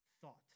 thought